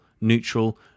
neutral